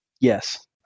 Yes